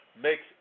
makes